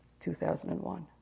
2001